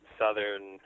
southern